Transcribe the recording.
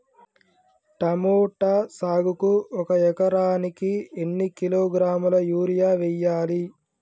Tomato సాగుకు ఒక ఎకరానికి ఎన్ని కిలోగ్రాముల యూరియా వెయ్యాలి?